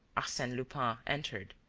arsene lupin entered.